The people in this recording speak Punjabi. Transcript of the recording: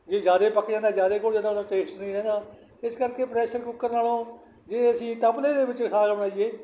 ਜੇ ਜ਼ਿਆਦੇ ਪੱਕ ਜਾਂਦਾ ਜ਼ਿਆਦੇ ਘੁੱਲ ਜਾਂਦਾ ਉਹਦਾ ਟੇਸਟ ਨਹੀਂ ਰਹਿੰਦਾ ਇਸ ਕਰਕੇ ਪ੍ਰੈਸ਼ਰ ਕੁੱਕਰ ਨਾਲੋਂ ਜੇ ਅਸੀਂ ਤਪਲੇ ਦੇ ਵਿੱਚ ਸਾਗ ਬਣਾਈਏ